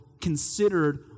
considered